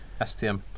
STM